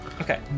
Okay